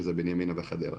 שזה בנימינה וחדרה.